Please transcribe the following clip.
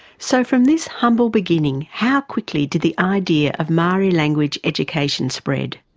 so from this humble beginning, how quickly did the idea of maori language education spread?